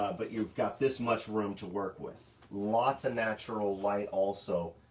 ah but you've got this much room to work with, lots of natural light also,